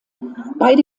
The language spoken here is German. beide